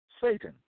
Satan